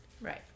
Right